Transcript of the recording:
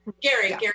Gary